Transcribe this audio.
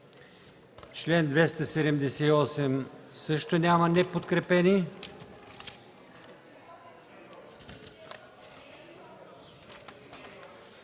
чл. 268 също няма неподкрепени.